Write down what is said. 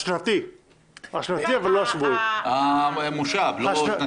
השנתי לא השבועי.